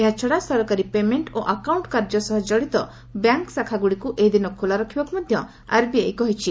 ଏହାଛଡା ସରକାରୀ ପେମେଙ୍କ ଓ ଆକାଉଣ୍ କାର୍ଯ୍ୟ ସହ ଜଡିତ ବ୍ୟାଙ୍କ ଶାଖା ଗୁଡ଼ିକୁ ଏହି ଦିନ ଖୋଲା ରଖିବାକୁ ମଧ ଆର୍ବିଆଇ କହିଛି